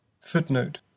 footnote